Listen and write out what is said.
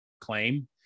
claim